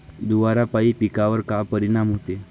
धुवारापाई पिकावर का परीनाम होते?